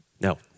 No